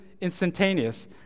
instantaneous